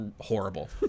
horrible